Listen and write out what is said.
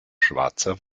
schwarzer